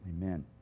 amen